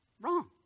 wrong